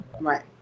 Right